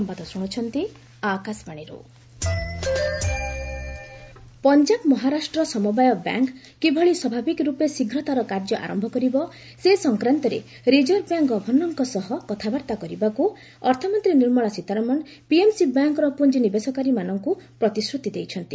Sitharaman PMC bank Punjab Maharashtra ସମବାୟ bank କିଭଳି ସ୍ୱାଭାବିକ ରୂପେ ଶୀଘ୍ର ତା'ର କାର୍ଯ୍ୟ ଆରମ୍ଭ କରିବ ସେ ସଂକ୍ରାନ୍ତରେ ରିଜର୍ଭ ବ୍ୟାଙ୍କ୍ ଗଭର୍ଷର୍କ ସହ କଥାବାର୍ତ୍ତା କରିବାକୁ ଅର୍ଥମନ୍ତ୍ରୀ ନିର୍ମଳା ସୀତାରମଣ ପିଏମ୍ସି ବ୍ୟାଙ୍କ୍ର ପୁଞ୍ଜିନିବେଶକାରୀମାନଙ୍କୁ ପ୍ରତିଶ୍ରୁତି ଦେଇଛନ୍ତି